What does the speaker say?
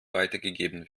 weitergegeben